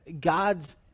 God's